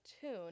tune